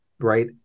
Right